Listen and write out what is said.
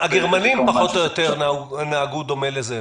הגרמנים פחות או יותר נהגו באופן דומה לזה.